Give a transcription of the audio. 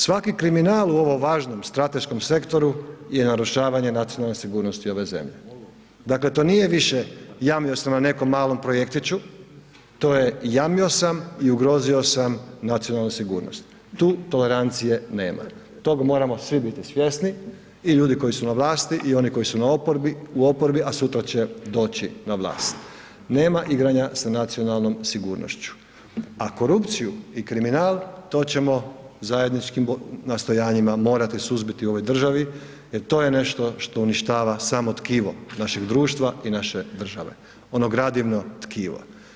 Svaki kriminal u ovom važnom strateškom sektoru je narušavanje nacionalne sigurnosti ove zemlje, dakle to nije više jamio sam na nekom malom projektiću, to je jamio sam i ugrozio sam nacionalnu sigurnost, tu tolerancije nema toga moramo svi biti svjesni i ljudi koji su na vlasti i oni koji su na oporbi, u oporbi, a sutra će doći na vlast, nema igranja sa nacionalnom sigurnošću, a korupciju i kriminal to ćemo zajedničkim nastojanjima morati suzbiti u ovoj državi jer to je nešto što uništava samo tkivo našeg društva i naše države, ono gradivno tkiva.